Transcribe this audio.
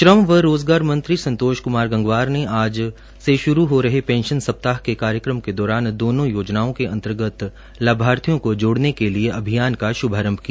श्रम व रोजगार मंत्री संतोष कुमार गंगवार ने आज से शुरू हो रहे पेंशन सप्ताह के कार्यक्रम के दौरान दोनो योजनाओं के अंतर्गत लाभार्थियों को जोडने के लिए अभियान का शभारंभ किया